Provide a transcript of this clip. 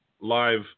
live